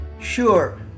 Sure